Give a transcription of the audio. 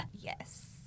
Yes